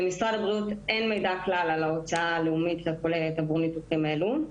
למשרד הבריאות אין מידע כלל על ההוצאה הלאומית הכוללת עבור ניתוחים אלו.